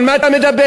על מה אתה מדבר.